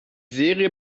serie